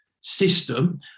system